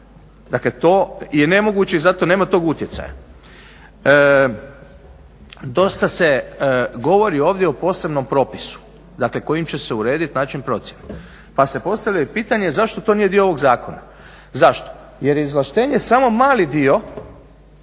dakle to je nemoguće i zato nema tog utjecaja. Dosta se govorio ovdje o posebno propisu, dakle kojim će se uredit način procjene pa se postavlja i pitanje zašto to nije dio ovog zakona, zašto? Jer je izvlaštenje samo mali dio